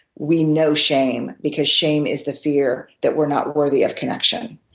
we know shame because shame is the fear that we're not worthy of connection.